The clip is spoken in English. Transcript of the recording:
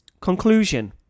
Conclusion